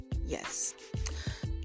Yes